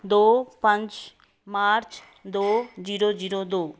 ਦੋ ਪੰਜ ਮਾਰਚ ਦੋ ਜ਼ੀਰੋ ਜ਼ੀਰੋ ਦੋ